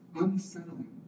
unsettling